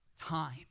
time